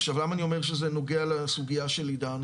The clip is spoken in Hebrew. עכשיו, למה אני אומר שזה נוגע לסוגיה של עידן?